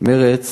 מרצ